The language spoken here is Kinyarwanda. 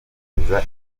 yateza